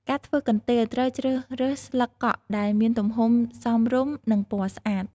ការធ្វើកន្ទេល ត្រូវជ្រើសរើសស្លឹកកក់ដែលមានទំហំសមរម្យ និងពណ៌ស្អាត។